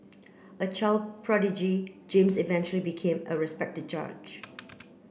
a child prodigy James eventually became a respected judge